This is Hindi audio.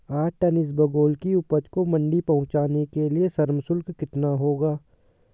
आठ टन इसबगोल की उपज को मंडी पहुंचाने के लिए श्रम शुल्क कितना होगा?